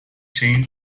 chain